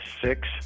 six